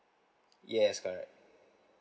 yes correct